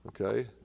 Okay